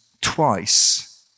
twice